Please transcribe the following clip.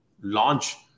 launch